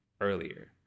earlier